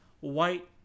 white